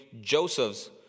Joseph's